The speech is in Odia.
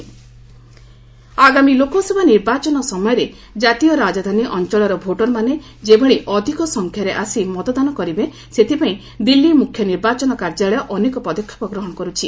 ଦିଲ୍ଲୀ ଚିଫ୍ ଇଲେକ୍କୋରାଲ୍ ଅଫିସ୍ ଆଗାମୀ ଲୋକସଭା ନିର୍ବାଚନ ସମୟରେ ଜାତୀୟ ରାଜଧାନୀ ଅଞ୍ଚଳର ଭୋଟରମାନେ ଯେଭଳି ଅଧିକ ସଂଖ୍ୟାରେ ଆସି ମତଦାନ କରିବେ ସେଥିପାଇଁ ଦିଲ୍ଲୀ ମୁଖ୍ୟ ନିର୍ବାଚନ କାର୍ଯ୍ୟାଳୟ ଅନେକ ପଦକ୍ଷେପ ଗ୍ରହଣ କରୁଛି